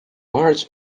large